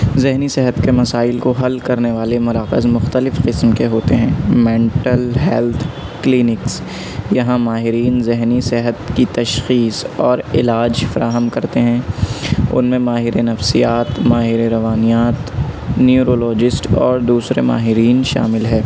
ذہنی صحت کے مسائل کو حل کرنے والے مراکزمختلف قسم کے ہوتے ہیں مینٹل ہیلتھ کلینکس یہاں ماہرین ذہی صحت کی تشخیص اور علاج فراہم کرتے ہیں ان میں ماہر نفسیات ماہر روانیات نیورولوجسٹ اور دوسرے ماہرین شامل ہیں